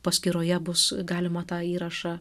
paskyroje bus galima tą įrašą